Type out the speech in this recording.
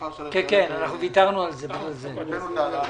וזה קשר שהוא לא סביר --- אתם מבקשים להקפיא את